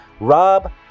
Rob